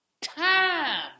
time